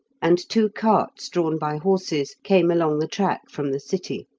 and two carts drawn by horses came along the track from the city.